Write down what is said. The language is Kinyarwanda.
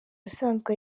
asanzwe